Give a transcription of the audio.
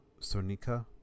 Sonika